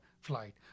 flight